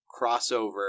crossover